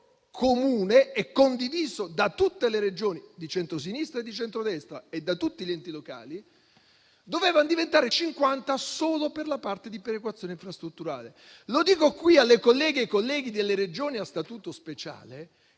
comune e condiviso da tutte le Regioni di centrosinistra e di centrodestra e da tutti gli enti locali, dovevano diventare 50 solo per la parte di perequazione infrastrutturale. Lo dico qui alle colleghe e ai colleghi delle Regioni a statuto speciale: